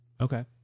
Okay